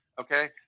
okay